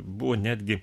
buvo netgi